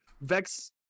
Vex